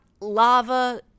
lava